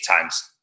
times